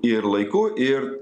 ir laiku ir